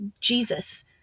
Jesus